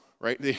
right